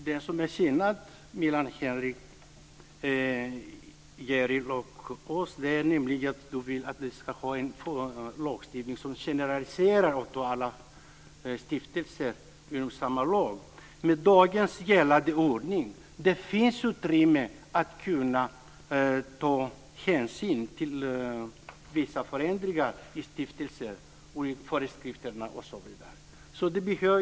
Fru talman! Skillnaden mellan Henrik S Järrel och oss är att han vill att vi ska ha en lagstiftning som generaliserar och att alla stiftelser ska behandlas inom samma lag. Med gällande ordning finns det utrymme för att ta hänsyn till vissa förändringar vad gäller stiftelserna och föreskrifterna, osv.